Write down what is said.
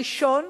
הראשון,